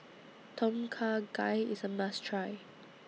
Tom Kha Gai IS A must Try